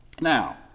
Now